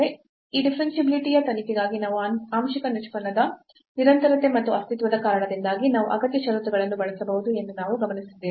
ಈ ಡಿಫರೆನ್ಷಿಯಾಬಿಲಿಟಿ ಯ ತನಿಖೆಗಾಗಿ ನಾವು ಆಂಶಿಕ ನಿಷ್ಪನ್ನದ ನಿರಂತರತೆ ಮತ್ತು ಅಸ್ತಿತ್ವದ ಕಾರಣದಿಂದಾಗಿ ನಾವು ಅಗತ್ಯ ಷರತ್ತುಗಳನ್ನು ಬಳಸಬಹುದು ಎಂದು ನಾವು ಗಮನಿಸಿದ್ದೇವೆ